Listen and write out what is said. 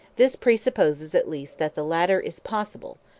this pre-supposes at least that the latter is possible,